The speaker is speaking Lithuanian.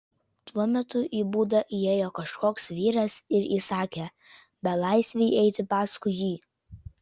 tuo metu į būdą įėjo kažkoks vyras ir įsakė belaisvei eiti paskui jį